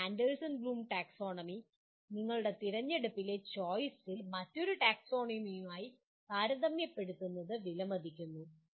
എന്നാൽ Anderson Bloom taxonomy നിങ്ങളുടെ തിരഞ്ഞെടുപ്പിലെ ചോയിസിലെ മറ്റൊരു ടാക്സോണമിയുമായി താരതമ്യപ്പെടുത്തുന്നത് വിലമതിക്കുന്നു